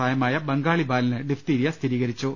പ്രായമായ ബംഗാളി ബാലന് ഡിഫ്തീരിയ സ്ഥിരീകരിച്ചു